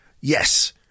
yes